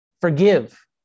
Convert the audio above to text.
forgive